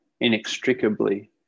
inextricably